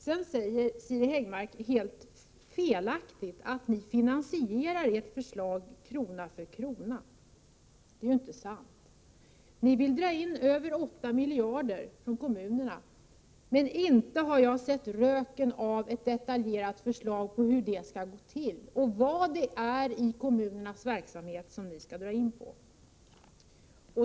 Sedan sade Siri Häggmark helt felaktigt att moderaterna finansierar sitt förslag krona för krona. Detta är alltså inte sant. Ni vill dra in över 8 miljarder kronor från kommunerna, men inte har jag sett röken av ett detaljerat förslag hur det skall gå till, vad det är i kommunernas verksamhet som ni vill dra in på.